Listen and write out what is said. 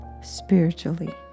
spiritually